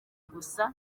gusa